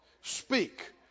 speak